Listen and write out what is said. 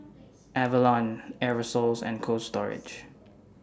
Avalon Aerosoles and Cold Storage